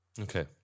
Okay